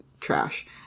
trash